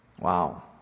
Wow